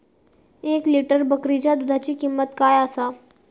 एक लिटर बकरीच्या दुधाची किंमत काय आसा?